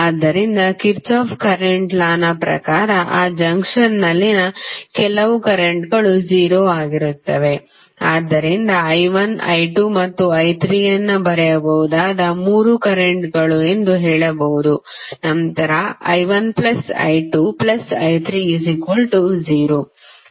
ಆದ್ದರಿಂದ Kirchhoff current ಲಾನ ಪ್ರಕಾರ ಆ ಜಂಕ್ಷನ್ನಲ್ಲಿನ ಕೆಲವು ಕರೆಂಟ್ಗಳು 0 ಆಗಿರುತ್ತದೆ ಆದ್ದರಿಂದ I1 I2 ಮತ್ತು I3 ಅನ್ನು ಬರೆಯಬಹುದಾದ ಮೂರು ಕರೆಂಟ್ಗಳು ಎಂದು ಹೇಳಬಹುದು ನಂತರ I1I2I30